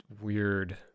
weird